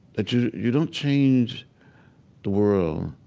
but you you don't change the world,